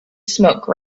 smoke